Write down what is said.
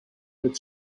had